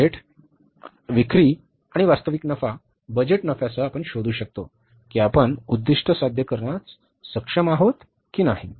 budget विक्री आणि वास्तविक नफा बजेट नफ्यासह आपण शोधू शकतो की आपण उद्दिष्ट साध्य करण्यास सक्षम आहोत की नाही